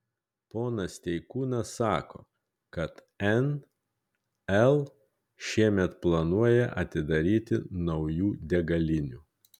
ponas steikūnas sako kad nl šiemet planuoja atidaryti naujų degalinių